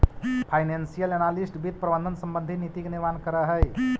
financial analyst वित्त प्रबंधन संबंधी नीति के निर्माण करऽ हइ